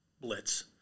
blitz